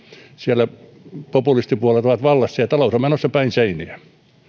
siellä populistipuolueet ovat vallassa ja talous on menossa päin seiniä